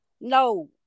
no